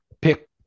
pick